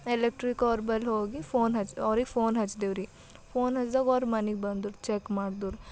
electric ಅವ್ರ ಬಳಿ ಹೋಗಿ ಫೋನ್ ಹಚ್ಚಿ ಅವ್ರಿಗೆ ಫೋನ್ ಹಚ್ಚಿದೇವ್ರಿ ಫೋನ್ ಹಚ್ದಾಗ ಅವ್ರು ಮನೆಗೆ ಬಂದರು ಚೆಕ್ ಮಾಡಿದ್ರು